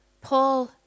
Paul